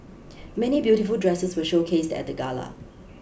many beautiful dresses were showcased at the gala